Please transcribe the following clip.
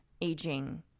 aging